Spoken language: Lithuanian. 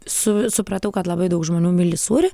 su supratau kad labai daug žmonių myli sūrį